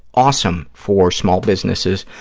awesome for small businesses.